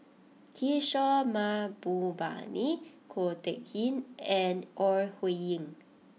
Kishore Mahbubani Ko Teck Kin and Ore Huiying